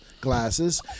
glasses